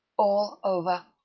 all over.